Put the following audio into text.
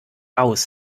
aus